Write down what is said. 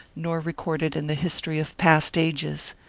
nor recorded in the history of past ages.